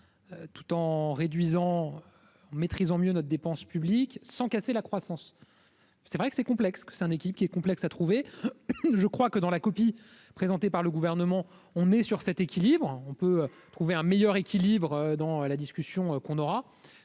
tout en réduisant maîtrisant mieux notre dépense publique sans casser la croissance, c'est vrai que c'est complexe, que c'est un équipe qui est complexe à trouver je crois que dans la copie présentée par le gouvernement, on est sur cet équilibre, on peut trouver un meilleur équilibre dans la discussion qu'on aura